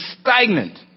stagnant